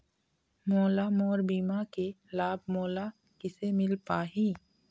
मोला मोर बीमा के लाभ मोला किसे मिल पाही?